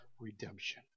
redemption